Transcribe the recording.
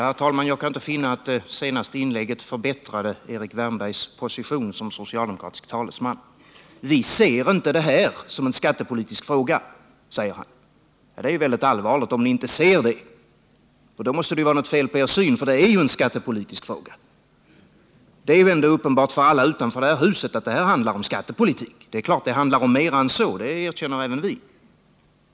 Herr talman! Jag kan inte finna att det senaste inlägget förbättrade Erik Wärnbergs position som socialdemokratisk talesman. Vi ser inte det här som en skattepolitisk fråga, säger han. Det är väldigt allvarligt om ni inte gör det, för då måste det ju vara något fel på er syn. Det är ju en skattepolitisk fråga, och det är uppenbart för alla utanför det här huset att det handlar om skattepolitik. Det är klart att det handlar om mer än så — det erkänner även vi.